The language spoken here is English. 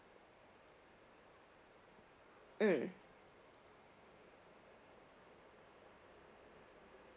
mm